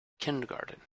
kindergarten